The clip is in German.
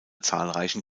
zahlreichen